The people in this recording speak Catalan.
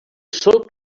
solc